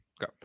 go